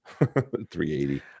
380